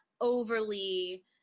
overly